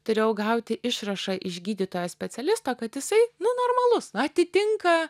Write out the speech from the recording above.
turėjau gauti išrašą iš gydytojo specialisto kad jisai nu normalus atitinka